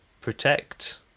protect